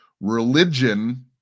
Religion